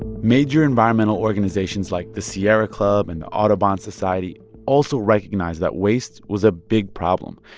major environmental organizations like the sierra club and the audubon society also recognize that waste was a big problem.